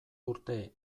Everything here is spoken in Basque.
urte